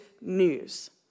news